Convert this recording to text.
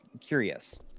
curious